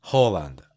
Holland